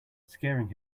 scaring